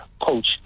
coach